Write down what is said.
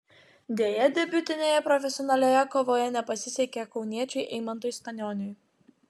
deja debiutinėje profesionalioje kovoje nepasisekė kauniečiui eimantui stanioniui